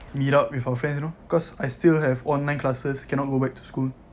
meet up with our friends you know cause I still have online classes cannot go back to school